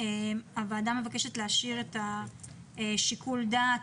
הוועדה מבקשת להשאיר את שיקול הדעת,